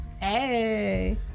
Hey